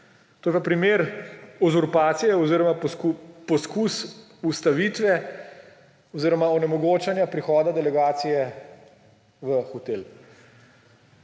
To je pa primer uzurpacije oziroma poskus ustavitve oziroma onemogočanja prihoda delegacije v hotel.